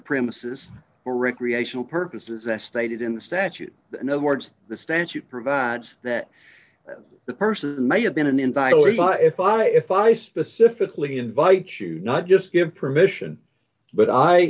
premises for recreational purposes as stated in the statute in other words the statute provides that the person may have been an invite only if i if i specifically invite you not just give permission but i